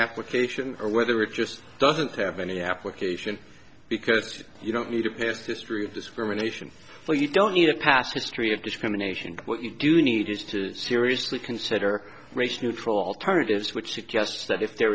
application or whether it just doesn't have any application because you don't need a past history of discrimination so you don't need a past history of discrimination what you do need is to seriously consider race neutral alternatives which suggests that if there